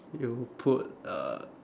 you put err